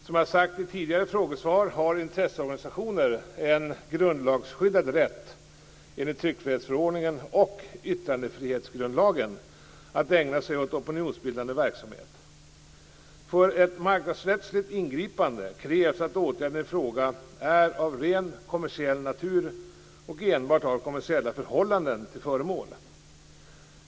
Som jag sagt i tidigare frågesvar har intresseorganisationer, enligt tryckfrihetsförordningen och yttrandefrihetsgrundlagen, en grundlagsskyddad rätt att ägna sig åt opinionsbildande verksamhet. För ett marknadsrättsligt ingripande krävs att åtgärden i fråga är av rent kommersiell natur och enbart har kommersiella förhållanden till föremål.